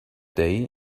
day